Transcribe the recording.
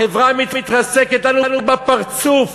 החברה מתרסקת לנו בפרצוף